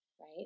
Right